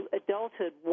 adulthood